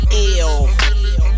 ill